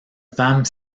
femme